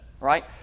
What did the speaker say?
right